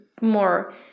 more